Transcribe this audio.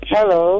Hello